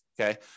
okay